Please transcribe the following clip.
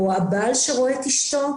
או הבעל שרואה את אשתו,